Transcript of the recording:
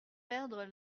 perdre